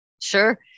Sure